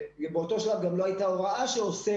באותו שלב גם לא הייתה הוראה שאוסרת